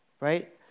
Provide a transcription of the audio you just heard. right